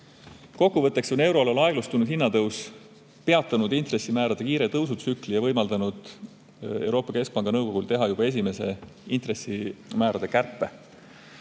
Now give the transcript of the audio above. Kokkuvõtteks: aeglustunud hinnatõus euroalal on peatanud intressimäärade kiire tõusu tsükli ja võimaldanud Euroopa Keskpanga nõukogul teha juba esimese intressimäärade kärpe.